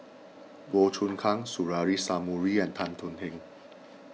Goh Choon Kang Suzairhe Sumari and Tan Thuan Heng